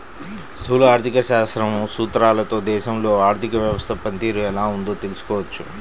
స్థూల ఆర్థిక శాస్త్రం సూత్రాలతో దేశంలో ఆర్థిక వ్యవస్థ పనితీరు ఎలా ఉందో తెలుసుకోవచ్చు